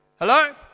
hello